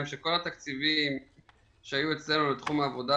יש תחומים במגזר הערבי